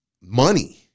money